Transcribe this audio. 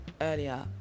earlier